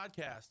Podcast